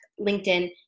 LinkedIn